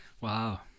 wow